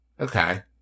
Okay